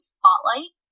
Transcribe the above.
spotlight